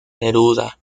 neruda